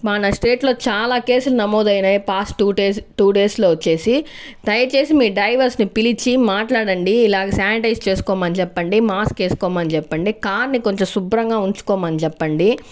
మన స్టేట్లో చాలా కేసులు నమోదు అయినాయి పాస్ట్ టు డేస్ టు డేస్లో వచ్చేసి దయచేసి మీ డ్రైవర్స్ని పిలిచి మాట్లాడండి ఇలాగా శానిటైజ్ చేసుకోమని చెప్పండి మాస్క్ వేస్కోమని చెప్పండి కార్ని కొంచెం శుభ్రంగా ఉంచుకోమని చెప్పండి